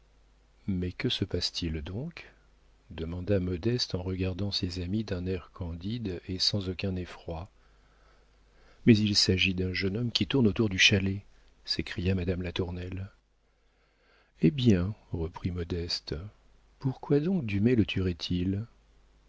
mais que se passe-t-il donc demanda modeste en regardant ses amis d'un air candide et sans aucun effroi mais il s'agit d'un jeune homme qui tourne autour du chalet s'écria madame latournelle eh bien reprit modeste pourquoi donc dumay le